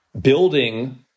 building